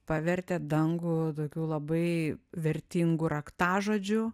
pavertė dangų tokiu labai vertingu raktažodžiu